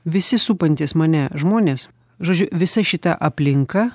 visi supantys mane žmonės žodžiu visa šita aplinka